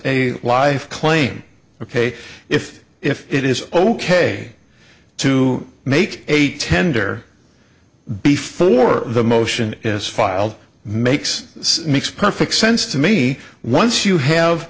a life claim ok if if it is ok to make a tender before the motion is filed makes makes perfect sense to me once you have